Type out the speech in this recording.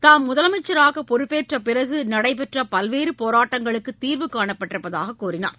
தாம் முதலமைச்சராக பொறுப்பேற்ற பிறகு நடைபெற்ற பல்வேறு போராட்டங்களுக்கு தீர்வு காணப்பட்டிருப்பதாக கூறினார்